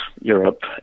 Europe